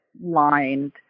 lined